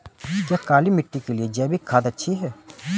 क्या काली मिट्टी के लिए जैविक खाद अच्छी है?